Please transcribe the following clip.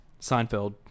Seinfeld